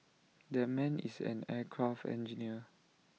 that man is an aircraft engineer